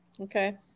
Okay